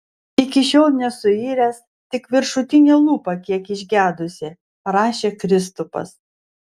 iki šiol nesuiręs tik viršutinė lūpa kiek išgedusi rašė kristupas